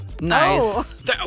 Nice